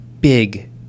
big